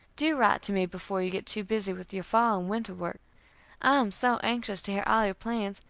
do write to me before you get too busy with your fall and winter work i am so anxious to hear all your plans,